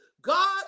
God